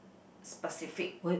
specific